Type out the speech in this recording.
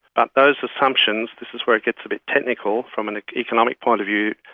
but those assumptions, this is where it gets a bit technical from an economic point of view,